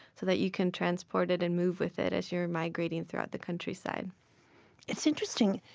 so that you can transport it and move with it as you're migrating throughout the countryside it's interesting.